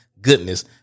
goodness